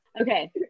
Okay